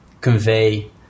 convey